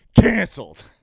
canceled